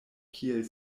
kiel